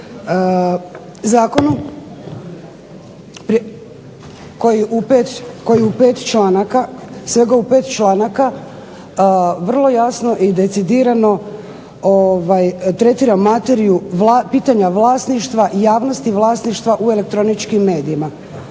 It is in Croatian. zakonu koji u pet članaka, svega u pet članaka vrlo jasno i decidirano tretira materiju pitanja vlasništva i javnosti vlasništva u elektroničkim medijima.